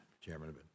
Chairman